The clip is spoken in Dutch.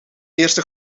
eerste